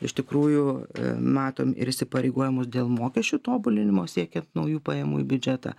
iš tikrųjų matom ir įsipareigojimus dėl mokesčių tobulinimo siekiant naujų pajamų į biudžetą